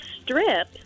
strip